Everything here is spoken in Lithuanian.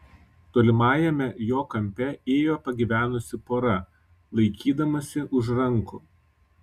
tolimajame jo kampe ėjo pagyvenusi pora laikydamasi už rankų